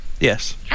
Yes